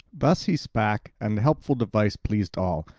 thus he spake, and the helpful device pleased all.